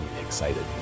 excited